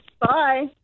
Bye